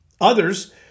Others